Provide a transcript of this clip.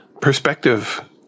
perspective